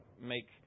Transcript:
make